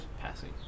passing